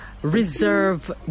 Reserve